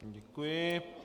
Děkuji.